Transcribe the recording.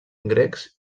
grecs